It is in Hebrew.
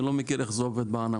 אני לא מכיר איך זה עובד בענף,